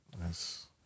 Yes